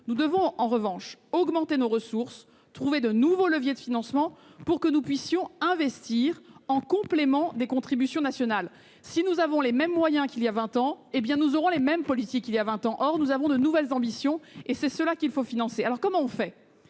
Nous devons, en revanche, augmenter nos ressources et trouver de nouveaux leviers de financement, pour que nous puissions investir en complément des contributions nationales. Si nous disposons des mêmes moyens qu'il y a vingt ans, nous aurons les mêmes politiques qu'il y a vingt ans. Or nous avons de nouvelles ambitions, qu'il faut financer. Comment faire ?